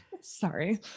sorry